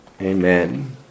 amen